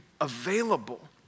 available